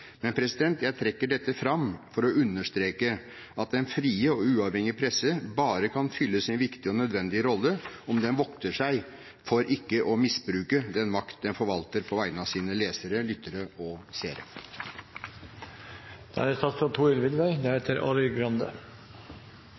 Men jeg trekker dette fram for å understreke at den frie og uavhengige presse bare kan fylle sin viktige og nødvendige rolle om den vokter seg for ikke å misbruke den makt den forvalter på vegne av sine lesere, lyttere og seere. På tampen av debatten vil jeg komme med noen korte kommentarer siden det